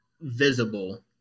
visible